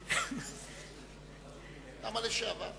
למה "לשעבר"?